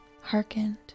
hearkened